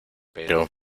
pero